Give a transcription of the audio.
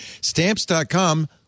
Stamps.com